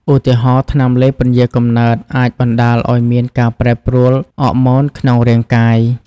ឧទាហរណ៍ ថ្នាំលេបពន្យារកំណើតអាចបណ្តាលឲ្យមានការប្រែប្រួលអ័រម៉ូនក្នុងរាងកាយ។